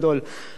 לכן אני ממתן